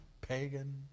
Pagan